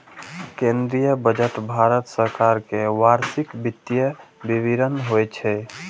केंद्रीय बजट भारत सरकार के वार्षिक वित्तीय विवरण होइ छै